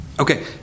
Okay